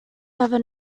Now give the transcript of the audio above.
never